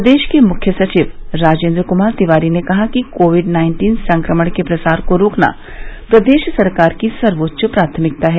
प्रदेश के मुख्य सचिव राजेन्द्र क्मार तिवारी ने कहा है कि कोविड नाइन्टीन संक्रमण के प्रसार को रोकना प्रदेश सरकार की सर्वोच्च प्राथमिकता है